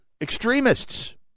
extremists